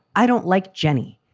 i don't like jenny.